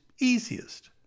easiest